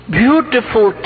beautiful